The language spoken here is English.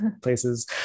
places